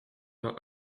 vingt